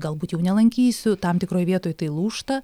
galbūt jau nelankysiu tam tikroj vietoj tai lūžta